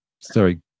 sorry